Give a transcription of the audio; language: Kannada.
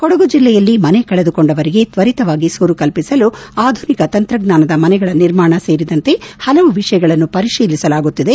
ಕೊಡಗು ಜಿಲ್ಲೆಯಲ್ಲಿ ಮನೆ ಕಳೆದುಕೊಂಡವರಿಗೆ ತ್ವರಿತವಾಗಿ ಸೂರು ಕಲ್ಪಿಸಲು ಆಧುನಿಕ ತಂತ್ರಜ್ಞಾನದ ಮನೆಗಳ ನಿರ್ಮಾಣ ಸೇರಿದಂತೆ ಹಲವು ವಿಷಯಗಳನ್ನು ಪರಿಶೀಲಿಸಲಾಗುತ್ತಿದೆ